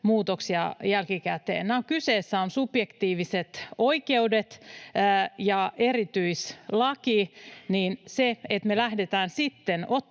muutoksia jälkikäteen. Kyseessä ovat subjektiiviset oikeudet ja erityislaki. Se, että me lähdetään ottamaan